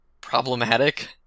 problematic